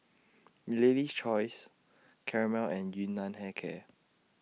Lady's Choice Camel and Yun Nam Hair Care